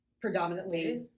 predominantly